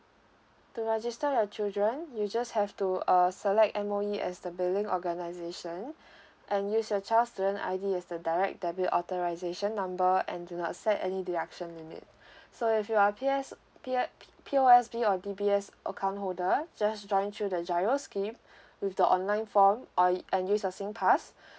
to register your children you just have to err select M_O_E as the billing organisations and use your child student I_D as the direct debit authorisation number and do not set any deduction limit so if you are P S P P A P P_O_S_B or D_B_S account holder just join through the GIRO scheme with the online form or and use your singpass